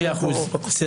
רק שם ותפקיד לפרוטוקול.